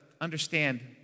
understand